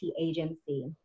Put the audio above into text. agency